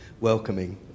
welcoming